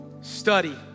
study